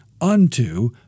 unto